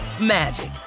magic